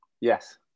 Yes